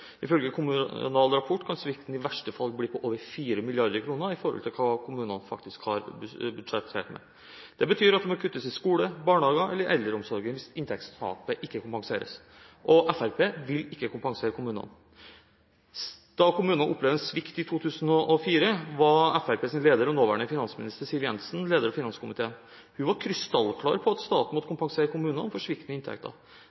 Ifølge Kommunal Rapport kan svikten i verste fall bli på over 4 mrd. kr i forhold til hva kommunene faktisk har budsjettert med. Det betyr at det må kuttes i skoler, barnehager eller eldreomsorgen, hvis inntektstapet ikke kompenseres. Fremskrittspartiet vil ikke kompensere kommunene. Da kommunene opplevde en svikt i 2004, var Fremskrittspartiets leder og nåværende finansminister Siv Jensen leder i finanskomiteen. Hun var krystallklar på at staten måtte